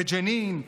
בג'נין,